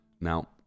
Now